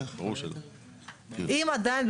אם עדיין,